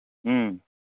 ꯎꯝ